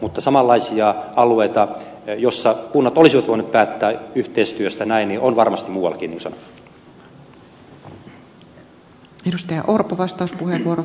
mutta samanlaisia alueita joissa kunnat olisivat voineet päättää yhteistyöstä näin on varmasti muuallakin